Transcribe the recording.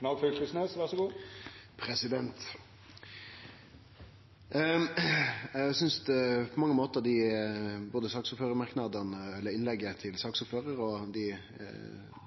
Eg synest på mange måtar at både innlegget til saksordføraren og